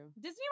Disney